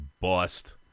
bust